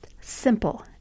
simple